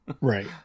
Right